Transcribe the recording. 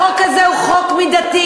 החוק הזה הוא חוק מידתי.